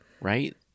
right